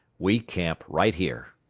we camp right here.